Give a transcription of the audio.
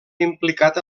implicat